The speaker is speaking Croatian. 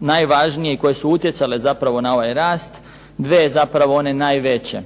najvažnije koje su utjecale zapravo na ovaj rast, 2 zapravo one najveće.